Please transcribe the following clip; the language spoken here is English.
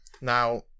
Now